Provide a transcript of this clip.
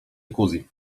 jacuzzi